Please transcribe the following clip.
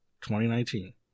2019